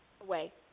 away